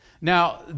Now